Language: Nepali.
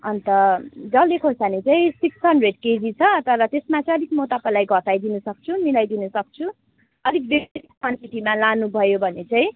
अन्त डल्ले खोर्सानी चाहिँ सिक्स हन्ड्रेड केजी छ तर त्यसमा चाहिँ अलिक म तपाईँलाई घटाइदिन सक्छु मिलाइदिन सक्छु अलिक बेसी क्वान्टिटीमा लानुभयो भने चाहिँ